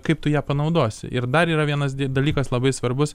kaip tu ją panaudosi ir dar yra vienas dalykas labai svarbus